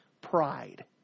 Pride